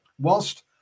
whilst